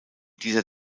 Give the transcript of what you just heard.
dieser